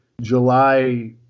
July